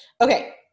Okay